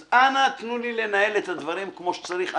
אז אנא תנו לי לנהל את הדברים כמו שצריך.